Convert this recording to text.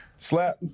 Slap